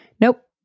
Nope